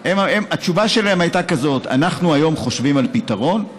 והתשובה שלהם הייתה כזאת: אנחנו היום חושבים על פתרון,